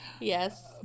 Yes